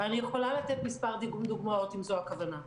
אני יכולה לתת מספר דוגמאות אם זו הכוונה.